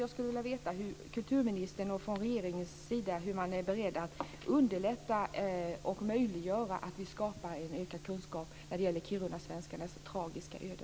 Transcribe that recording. Jag skulle vilja veta hur man från kulturministerns och regeringens sida är beredd att underlätta och möjliggöra att det skapas ökad kunskap när det gäller kirunasvenskarnas tragiska öde.